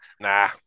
Nah